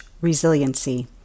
Resiliency